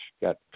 got